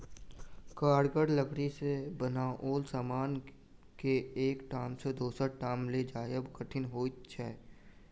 कड़गर लकड़ी सॅ बनाओल समान के एक ठाम सॅ दोसर ठाम ल जायब कठिन होइत छै